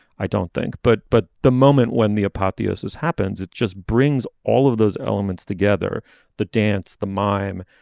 i don't think. but but the moment when the apotheosis happens it just brings all of those elements together the dance the mime